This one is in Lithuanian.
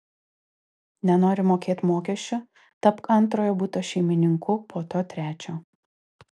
nenori mokėt mokesčių tapk antrojo buto šeimininku po to trečio